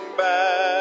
back